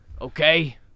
Okay